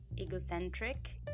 egocentric